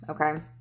Okay